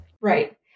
Right